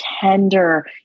tender